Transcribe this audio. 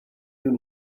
you